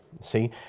See